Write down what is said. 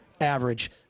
average